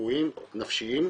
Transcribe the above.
רפואיים נפשיים,